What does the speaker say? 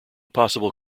possible